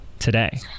today